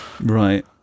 Right